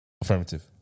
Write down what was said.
Affirmative